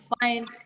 find